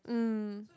mm